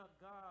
God